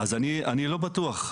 אני לא בטוח.